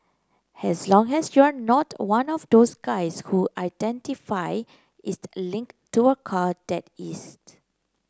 as long as you're not one of those guys who identity is linked to a car that is